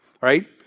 right